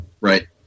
Right